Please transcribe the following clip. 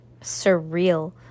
surreal